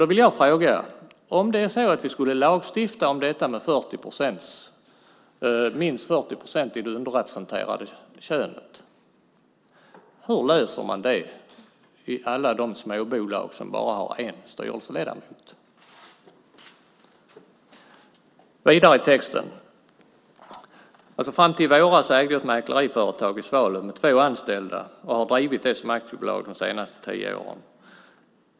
Då vill jag fråga: Om det är så att vi skulle lagstifta om detta med minst 40 procent av det underrepresenterade könet, hur löser man det i alla de småbolag som bara har en styrelseledamot? Fram till i våras ägde jag ett mäkleriföretag i Svalöv med två anställda och har drivit det som aktiebolag det senaste tio åren.